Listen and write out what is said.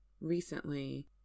recently